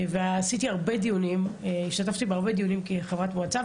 השתתפתי בהרבה דיונים כחברת מועצה,